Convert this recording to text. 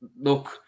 Look